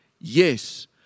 Yes